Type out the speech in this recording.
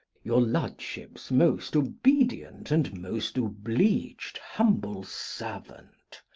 your lordship's most obedient and most obliged humble servant,